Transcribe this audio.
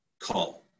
call